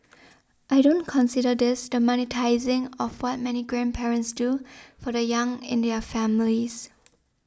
I don't consider this the monetising of what many grandparents do for the young in their families